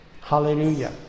Hallelujah